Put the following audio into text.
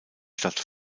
stadt